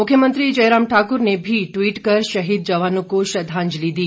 मुख्यमंत्री जयराम ठाकुर ने भी ट्वीट कर शहीद जवानों को श्रद्धांजलि दी